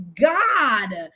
God